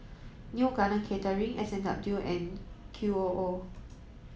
Neo Garden Catering S and W and Q O O